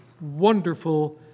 wonderful